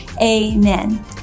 Amen